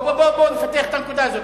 בוא נפתח את הנקודה הזאת,